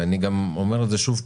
ואני אומר את זה שוב,